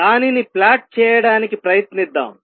దానిని ప్లాట్ చేయడానికి ప్రయత్నిద్దాం